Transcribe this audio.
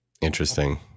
interesting